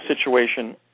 situation